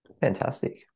Fantastic